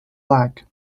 lag